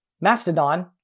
Mastodon